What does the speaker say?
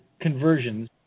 conversions